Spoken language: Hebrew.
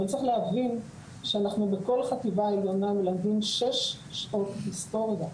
אבל צריך להבין שאנחנו בכל חטיבה עליונה מלמדים שש שעות היסטוריה,